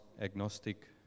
agnostic